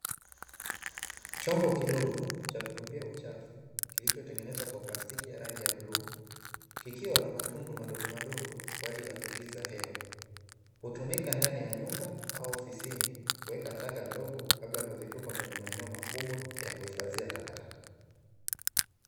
Chombo kidogo cha kutupia uchafu kilicho tengenezwa kwa plastiki ya rangi ya bluu, kikiwa na matundu madogomadogo kwa ajili ya kuingiza hewa, hutumika ndani ya nyumba au ofisini kuweka taka ndogo kabla ya kuzitupa kwenye maeneo makubwa ya kuhifadhia takataka.